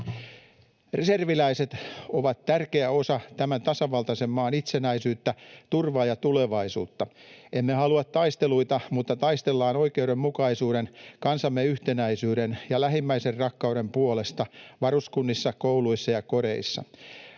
Reserviläiset ovat tärkeä osa tämän tasavaltaisen maan itsenäisyyttä, turvaa ja tulevaisuutta. Emme halua taisteluita, mutta taistellaan oikeudenmukaisuuden, kansamme yhtenäisyyden ja lähimmäisenrakkauden puolesta varuskunnissa, kouluissa ja kodeissa.